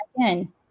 again